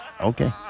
Okay